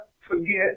forget